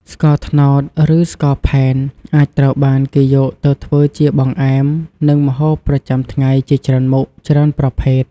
ស្ករត្នោត ឬស្ករផែនអាចត្រូវបានគេយកទៅធ្វើជាបង្អែម និងម្ហូបប្រចាំថ្ងៃជាច្រើនមុខ ច្រើនប្រភេទ។